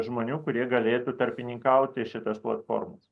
žmonių kurie galėtų tarpininkauti šitas platformas